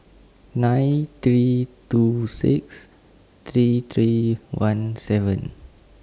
nine three two six three three one seven